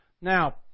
Now